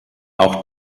auch